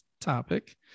topic